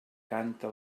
canta